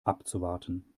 abzuwarten